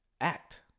act